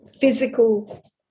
physical